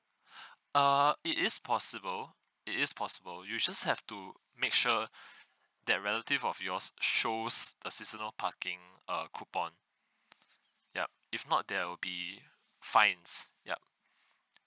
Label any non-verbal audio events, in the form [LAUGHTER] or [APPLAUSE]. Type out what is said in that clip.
[BREATH] err it is possible it is possible you just have to make sure [BREATH] that relative of yours shows the seasonal parking a coupon yup if not they'll be fines yup